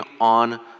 on